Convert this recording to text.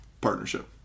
partnership